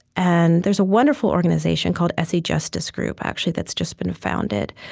and there's a wonderful organization called essie justice group, actually, that's just been founded,